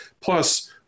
plus